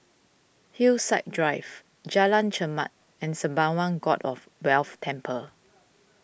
Hillside Drive Jalan Chermat and Sembawang God of Wealth Temple